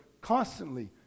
constantly